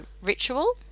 ritual